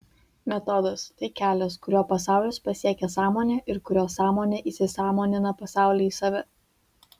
metodas tai kelias kuriuo pasaulis pasiekia sąmonę ir kuriuo sąmonė įsisąmonina pasaulį ir save